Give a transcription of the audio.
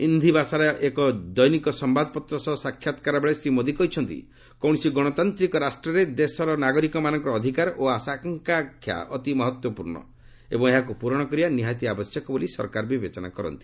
ହିନ୍ଦୀଭାଷାରେ ଏକ ଦୈନିକ ସମ୍ଭାଦପତ୍ର ସହ ସାକ୍ଷାତକାରବେଳେ ଶ୍ରୀ ମୋଦି କହିଛନ୍ତି କୌଣସି ଗଣତାନ୍ତିକ ରାଷ୍ଟ୍ରରେ ଦେଶ ନାଗରିକମାନଙ୍କର ଅଧିକାର ଓ ଆଶା ଆକାଂକ୍ଷା ଅତି ମହତ୍ୱପୂର୍ଣ୍ଣ ଏବଂ ଏହାକୁ ପୂରଣ କରିବା ନିହାତି ଆବଶ୍ୟକ ବୋଲି ସରକାର ବିବେଚନା କରନ୍ତି